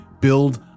build